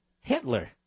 Hitler